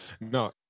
no